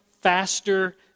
faster